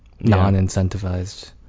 non-incentivized